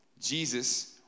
Jesus